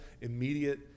immediate